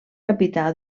capità